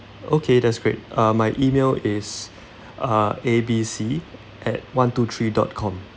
okay that's great uh my E-mail is uh A B C at one two three dot com